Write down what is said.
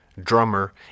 Drummer